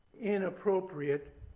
inappropriate